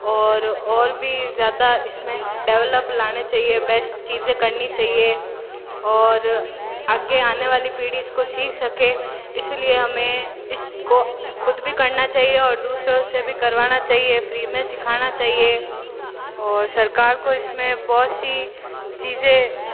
और और भी ज़्यादा इस में डेवलप लाने चाहिए बेस्ट चीज़ें करनी चाहिए और आगे आने वाली पीढ़ी इसको सीख सके इस लिए हमें इस को ख़ुद भी करना चाहिए और दूसरों से भी करवाना चइए फ़्री में सीखाना चाहिए और सरकार को इसमें बहुत सी चीज़ें